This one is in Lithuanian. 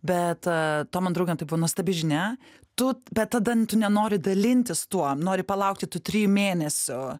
bet tom man draugėm tai buvo nuostabi žinia tu bet tada tu nenori dalintis tuo nori palaukti tų trijų mėnesių